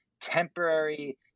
temporary